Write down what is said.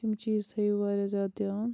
تِم چیٖز تھٲیِو واریاہ زیادٕ دھیٛان